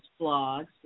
blogs